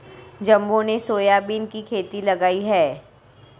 जम्बो ने सोयाबीन की खेती लगाई है